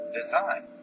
design